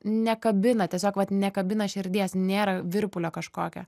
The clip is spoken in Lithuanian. nekabina tiesiog vat nekabina širdies nėra virpulio kažkokio